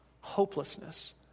Hopelessness